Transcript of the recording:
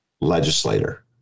legislator